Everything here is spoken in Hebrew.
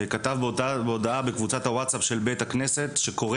כתב בהודעה בקבוצת הווטסאפ של בית הכנסת שקורא